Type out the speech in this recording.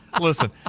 Listen